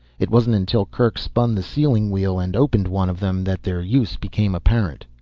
it wasn't until kerk spun the sealing wheel and opened one of them that their use became apparent.